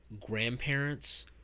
grandparents